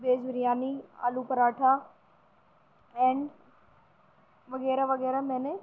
veg biryani aloo paratha and وغیرہ وغیرہ میں نے